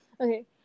Okay